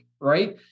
right